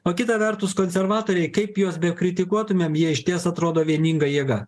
o kita vertus konservatoriai kaip juos bekritikuotumėm jie išties atrodo vieninga jėga